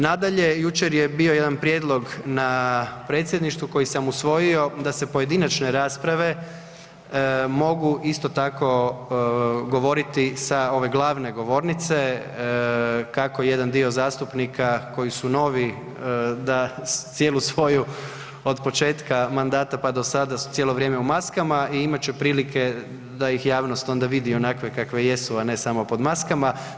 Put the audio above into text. Nadalje, jučer je bio jedan prijedlog na predsjedništvu koji sam usvojio da se pojedinačne rasprave mogu isto tako govoriti sa ove glavne govornice kako jedan dio zastupnika koji su novi da cijelu svoju od početka mandata pa do sada su cijelo vrijeme u maskama i imat će prilike da ih javnost onda vidi onakve kakve jesu, a ne samo pod maskama.